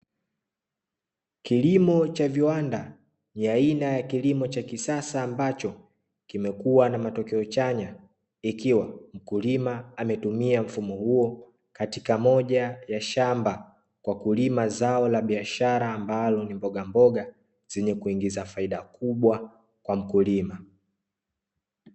Kilimo cha viwanda ni ya aina ya kilimo cha kisasa, ambacho kimekuwa na matokeo chanya ikiwa mkulima ametumia mfumo huo katika moja ya shamba, kwa kulima zao la biashara ambalo ni mbogamboga zenye kuingiza faida kubwa kwa mkulima.